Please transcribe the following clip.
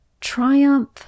triumph